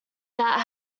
that